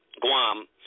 Guam